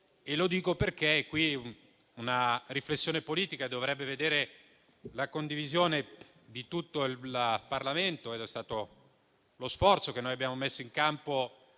Lo dico perché una riflessione politica dovrebbe vedere la condivisione di tutto il Parlamento; questo è lo stato lo sforzo che abbiamo messo in campo